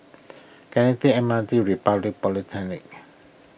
can I take M R T Republic Polytechnic